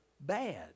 bad